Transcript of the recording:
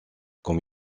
comme